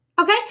Okay